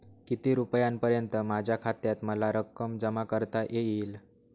किती रुपयांपर्यंत माझ्या खात्यात मला रक्कम जमा करता येईल?